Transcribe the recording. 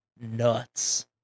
nuts